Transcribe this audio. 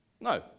No